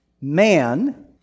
man